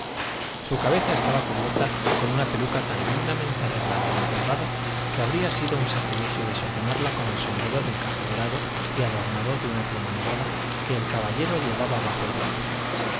su cabeza estaba cubierta con una peluca tan lindamente arreglada y empolvada que habría sido un sacrilegio desordenarla con el sombrero de encaje dorado y adornado de una pluma nevada que el caballero llevaba bajo el brazo